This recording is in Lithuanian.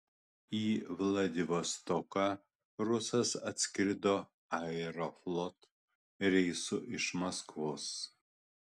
į vladivostoką rusas atskrido aeroflot reisu iš maskvos